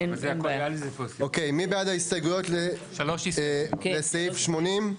אוקיי, מי בעד ההסתייגויות לסעיף 80?